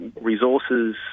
resources